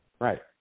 Right